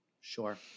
Sure